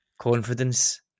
confidence